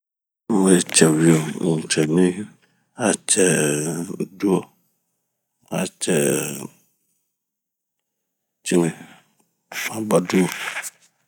n'we cɛ wio, n'cɛmi, aacɛɛ duo, acɛɛ cimi ,a cɛ baduo